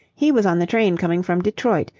he was on the train coming from detroit.